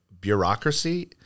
bureaucracy